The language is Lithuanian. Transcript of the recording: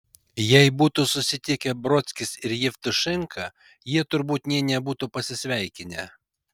jei būtų susitikę brodskis ir jevtušenka jie turbūt nė nebūtų pasisveikinę